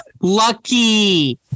Lucky